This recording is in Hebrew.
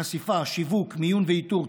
חשיפה, שיווק, מיון ואיתור.